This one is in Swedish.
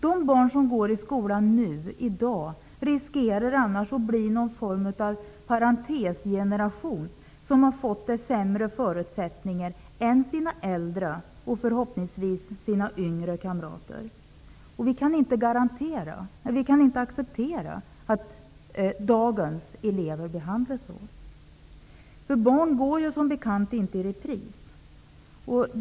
De barn som i dag går i skolan riskerar annars att bli någon form av parentesgeneration som har fått sämre förutsättningar än sina äldre och förhoppningsvis sina yngre kamrater. Vi kan inte acceptera att dagens elever behandlas så. Barn går som bekant inte i repris.